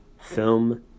film